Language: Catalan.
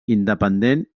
independent